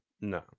No